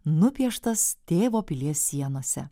nupieštas tėvo pilies sienose